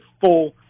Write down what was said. full